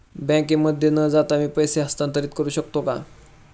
बँकेमध्ये न जाता मी पैसे हस्तांतरित करू शकतो का?